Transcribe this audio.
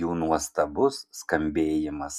jų nuostabus skambėjimas